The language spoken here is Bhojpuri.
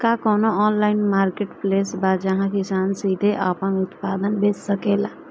का कोनो ऑनलाइन मार्केटप्लेस बा जहां किसान सीधे अपन उत्पाद बेच सकता?